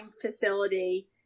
facility